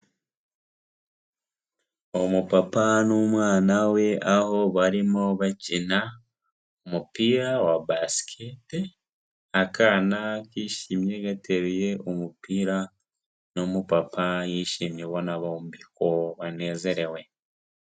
Umupapa n'umwana we aho barimo bakina umupira wa basikete; akana kishimye gatera umupira; n'umupapa yishimye ubona bombi ko banezerewe